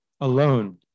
alone